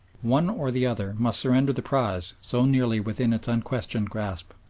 one or the other must surrender the prize so nearly within its unquestioned grasp.